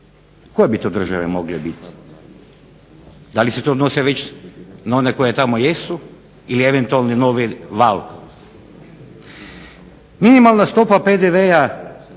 koje bi to države mogle biti. Da li se to odnose na one koje tamo već jesu ili na eventualno novi val. Minimalna stopa PDV-a